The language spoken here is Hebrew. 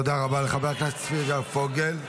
תודה רבה לחבר הכנסת צביקה פוגל.